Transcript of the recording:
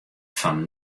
fan